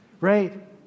Right